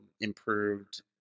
improved